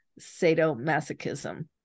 sadomasochism